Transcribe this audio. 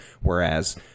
Whereas